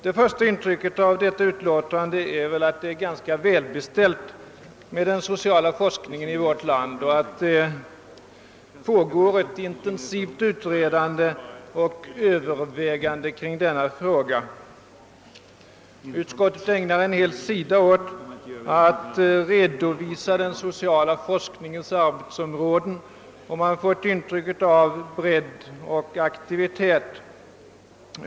Det första intrycket av detta utlåtande är väl att det är ganska väl beställt med den sociala forskningen i vårt land och att det pågår ett intensivt utredande och övervägande kring denna fråga. Utskottet ägnar en hel sida åt att redovisa den sociala forskningens arbetsområden, och man får ett intryck av bredd och aktivitet.